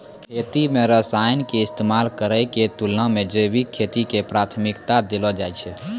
खेती मे रसायन के इस्तेमाल करै के तुलना मे जैविक खेती के प्राथमिकता देलो जाय छै